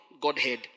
Godhead